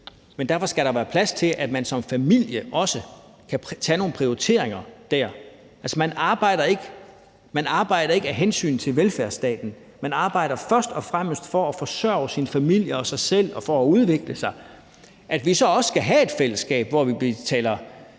Men der skal være plads til, at man som familie også kan lave nogle prioriteringer der. Altså, man arbejder ikke af hensyn til velfærdsstaten. Man arbejder først og fremmest for at forsørge sin familie og sig selv og for at udvikle sig. At vi så også skal have et fællesskab, hvor vi betaler